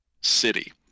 city